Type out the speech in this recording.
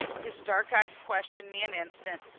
his dark eyes questioned me an instant,